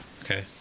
okay